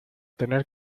tener